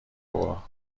بابا